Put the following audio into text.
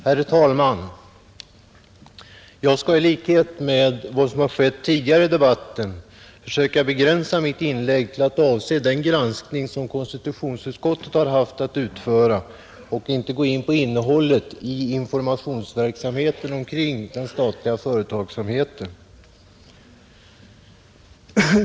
Herr talman! Jag skall i likhet med vad som har skett tidigare i debatten försöka begränsa mitt inlägg till att avse den granskning som konstitutionsutskottet har haft att utföra och inte gå in på innehållet i informationsverksamheten omkring den statliga företagsamheten.